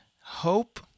hope